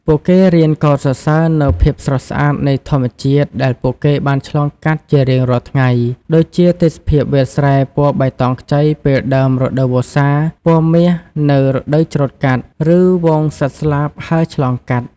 ពួកគេរៀនកោតសរសើរនូវភាពស្រស់ស្អាតនៃធម្មជាតិដែលពួកគេបានឆ្លងកាត់ជារៀងរាល់ថ្ងៃ ដូចជាទេសភាពវាលស្រែពណ៌បៃតងខ្ចីពេលដើមរដូវវស្សា ពណ៌មាសនៅរដូវច្រូតកាត់ ឬហ្វូងសត្វស្លាបហើរឆ្លងកាត់។